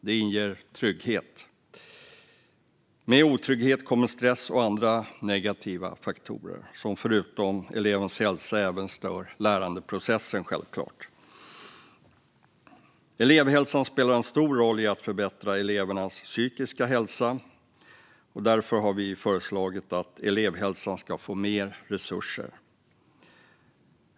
Det inger trygghet. Med otrygghet kommer stress och andra negativa faktorer, som förutom att påverka elevens hälsa självklart även stör lärandeprocessen. Elevhälsan spelar en stor roll i att förbättra elevernas psykiska hälsa. Därför har vi föreslagit att elevhälsan ska få mer resurser.